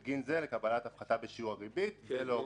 ובגין זה לקבלת הפחתה בשיעור הריבית ועוד